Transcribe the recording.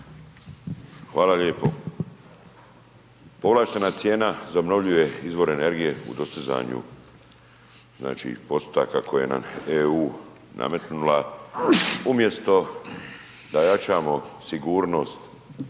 Hvala lijepo. Povlaštena cijena za obnovljive izvore energije u dostizanju znači postotaka koje nam je EU nametnula, umjesto da jačamo sigurnost